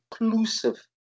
inclusive